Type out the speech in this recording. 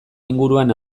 inguruan